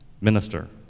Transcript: Minister